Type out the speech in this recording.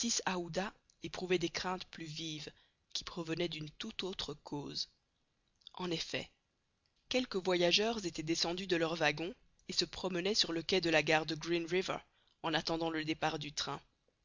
aouda éprouvait des craintes plus vives qui provenaient d'une tout autre cause en effet quelques voyageurs étaient descendus de leur wagon et se promenaient sur le quai de la gare de green river en attendant le départ du train